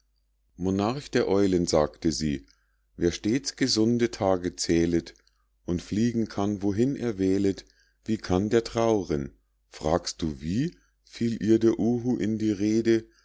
monarch der eulen sagte sie wer stets gesunde tage zählet und fliegen kann wohin er wählet wie kann der trauren fragst du wie fiel ihr der uhu in die rede